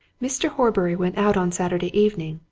mr. horbury went out on saturday evening,